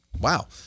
Wow